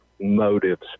motives